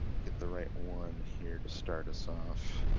get the right one here to start us off.